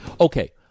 Okay